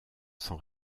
sans